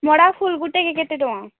ମଡ଼ା ଫୁଲ୍ ଗୁଟେକେ କେତେ ଟଙ୍କା